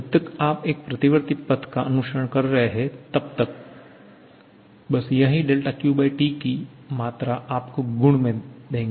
जब तक आप एक प्रतिवर्ती पथ का अनुसरण कर रहे हैं तबतक बस यही QTकी मात्रा आपको गुण में देगी